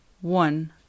one